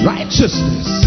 Righteousness